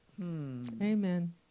Amen